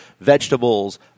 Vegetables